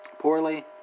poorly